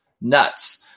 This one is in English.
nuts